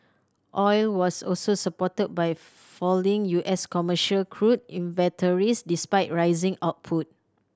oil was also supported by falling U S commercial crude inventories despite rising output